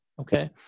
okay